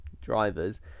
drivers